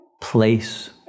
place